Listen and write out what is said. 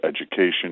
education